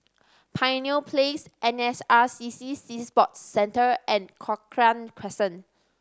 Pioneer Place N S R C C Sea Sports Centre and Cochrane Crescent